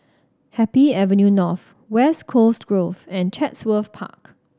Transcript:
Happy Avenue North West Coast Grove and Chatsworth Park